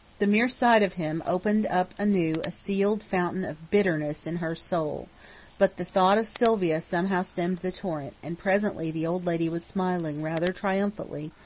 the mere sight of him opened up anew a sealed fountain of bitterness in her soul but the thought of sylvia somehow stemmed the torrent, and presently the old lady was smiling rather triumphantly,